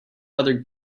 other